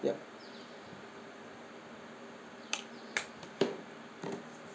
yup